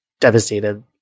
devastated